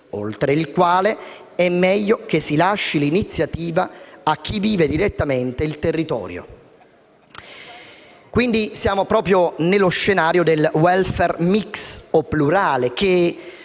oltre il quale è meglio che si lasci l'iniziativa a chi vive direttamente il territorio. Quindi, siamo proprio nello scenario del *welfare mix* o plurale che,